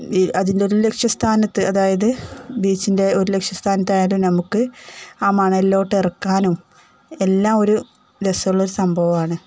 അതിൻ്റെ ഒരു ലക്ഷ്യസ്ഥാനത്ത് അതായത് ബീച്ചിൻ്റെ ഒരു ലക്ഷ്യസ്ഥാനത്തായാലും നമുക്ക് ആ മണലിലേക്കിറക്കാനും എല്ലാമൊരു രസമുള്ളൊരു സംഭവമാണ്